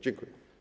Dziękuję.